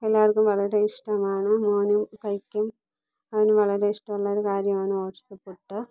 എല്ലാവർക്കും വളരെ ഇഷ്ടമാണ് മോനും കഴിക്കും അവന് വളരെ ഇഷ്ടമുള്ള ഒരു കാര്യമാണ് ഓട്സ് പുട്ട്